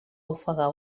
ofegar